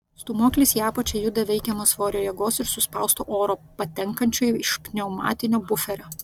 stūmoklis į apačią juda veikiamas svorio jėgos ir suspausto oro patenkančio iš pneumatinio buferio